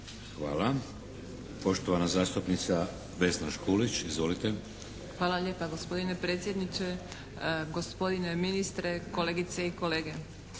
Hvala. Poštovana zastupnica Vesna Škulić, izvolite. **Škulić, Vesna (SDP)** Hvala lijepa gospodine predsjedniče. Gospodine ministre, kolegice i kolege.